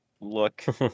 look